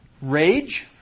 Rage